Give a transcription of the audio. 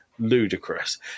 ludicrous